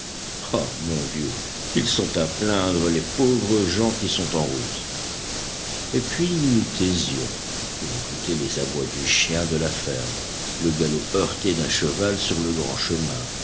ah mon dieu qu'ils sont à plaindre les pauvres gens qui sont en route et puis nous nous taisions pour écouter les abois du chien de la ferme le galop heurté d'un cheval sur le grand chemin